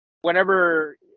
whenever